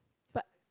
but